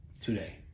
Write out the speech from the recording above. today